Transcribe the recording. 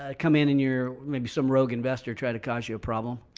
ah come in and your maybe some rogue investor trying to cause you a problem,